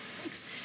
Thanks